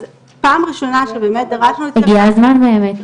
אז פעם ראשונה שבאמת דרשנו, הגיע הזמן באמת.